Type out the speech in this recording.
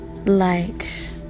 Light